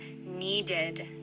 needed